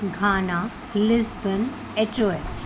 Ghana Lisbon H O S